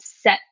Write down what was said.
set